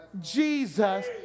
Jesus